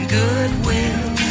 goodwill